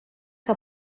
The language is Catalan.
que